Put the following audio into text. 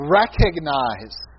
recognize